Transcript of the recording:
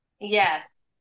Yes